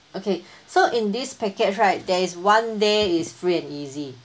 okay so in this package right there is one day is free and easy